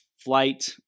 flight